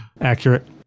Accurate